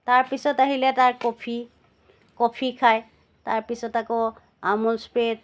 তাৰপিছত আহিলে তাৰ কফি কফি খায় তাৰপিছত আকৌ আমোল স্প্ৰে'ত